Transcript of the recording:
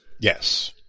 Yes